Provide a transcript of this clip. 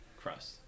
crust